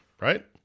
right